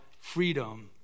freedom